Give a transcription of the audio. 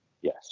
Yes